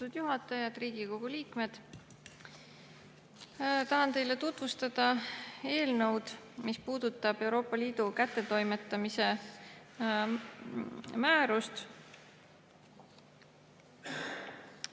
juhataja! Head Riigikogu liikmed! Tahan teile tutvustada eelnõu, mis puudutab Euroopa Liidu kättetoimetamise määrust.